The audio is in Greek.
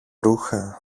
ρούχα